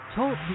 Talk